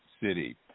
City